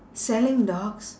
selling dogs